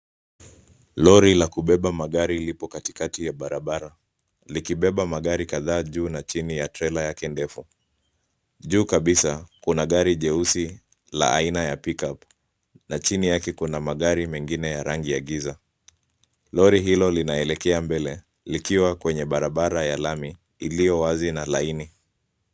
Lori la kubeba magari lipo katikati ya barabara likibeba magari kadhaa juu na chini ya trela yake ndefu. Juu kabisa kuna gari jeusi la aina ya pickup na chini yake kuna magari mengine ya rangi ya giza. Lori hilo linaelekea mbele likiwa kwenye barabara ya lami iliyo wazi na laini.